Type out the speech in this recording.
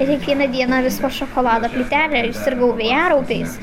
ir kiekvieną dieną vis po šokolado plytelę ir sirgau vėjaraupiais